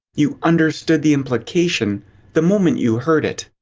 you understood the implication the moment you heard it.